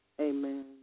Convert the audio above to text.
Amen